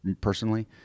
personally